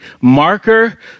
marker